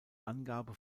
angabe